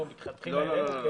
מלכתחילה אלינו.